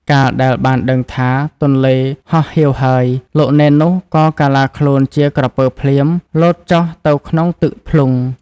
កាលដែលបានដឹងថាទន្លេហោះហៀវហើយ លោកនេននោះក៏កាឡាខ្លួនជាក្រពើភ្លាម លោតចុះទៅក្នុងទឹកភ្លុង។